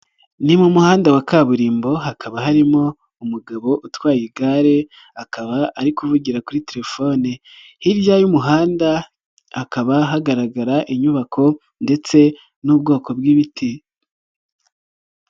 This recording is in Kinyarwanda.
Ni mu muhanda wa kaburimbo hakaba harimo umugabo utwaye igare akaba ari kuvugira kuri telefone, hirya y'umuhanda hakaba hagaragara inyubako ndetse n'ubwoko bw'ibiti.